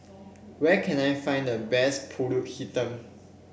where can I find the best pulut Hitam